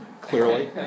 clearly